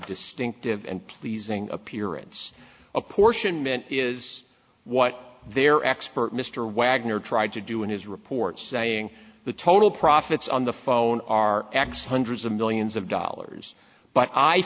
distinctive and pleasing appearance apportionment is what their expert mr wagner tried to do in his report saying the total profits on the phone are x hundreds of millions of dollars but i